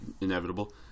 inevitable